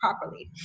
properly